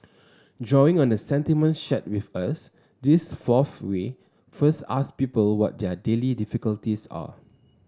drawing on the sentiments shared with us this fourth way first ask people what their daily difficulties are